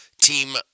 team